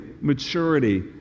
maturity